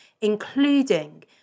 including